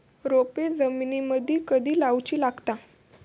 रोपे जमिनीमदि कधी लाऊची लागता?